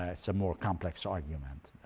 ah it's a more complex argument,